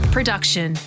Production